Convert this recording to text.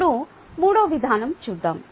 ఇప్పుడు మూడో విధానం చూదాం